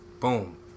Boom